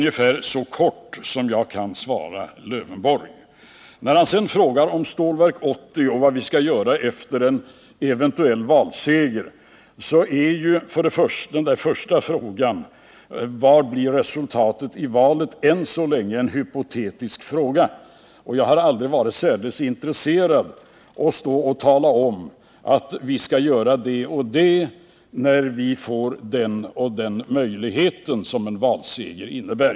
Det är vad jag helt kort kan svara herr Lövenborg på den punkten. Alf Lövenborg frågar vidare vad vi efter en eventuell valseger skall göra när det gäller Stålverk 80. Jag vill först säga att vi än så länge bara kan spekulera om utgången av höstens val. Jag har aldrig varit särdeles intresserad av att redovisa vilka åtgärder vi skall vidta efter det att vi fått de möjligheter som en valseger ger.